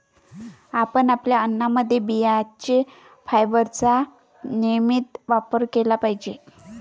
आपण आपल्या अन्नामध्ये बियांचे फायबरचा नियमित वापर केला पाहिजे